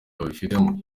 babifitemo